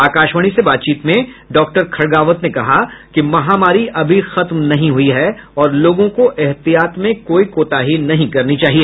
आकाशवाणी से बातचीत में डॉक्टर खडगावत ने कहा कि महामारी अभी खत्म नहीं हुई है और लोगों को ऐहतियात में कोई कोताही नहीं करनी चाहिए